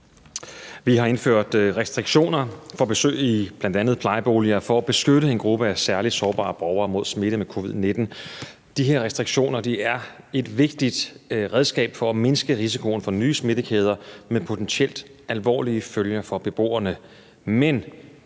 Vi har indført restriktioner for besøg i bl.a. plejeboliger for at beskytte en gruppe af særlig sårbare borgere mod smitte med covid-19. De her restriktioner er et vigtigt redskab for at mindske risikoen for nye smittekæder med potentielt alvorlige følger for beboerne.